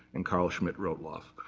and karl schmidt-rottluff.